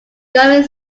going